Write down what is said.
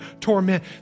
torment